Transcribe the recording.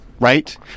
Right